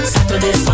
Saturday